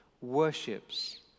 worships